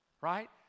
right